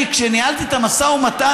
כשניהלתי את המשא ומתן,